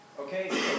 Okay